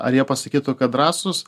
ar jie pasakytų kad drąsūs